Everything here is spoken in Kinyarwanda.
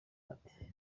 ati